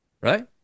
right